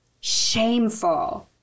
shameful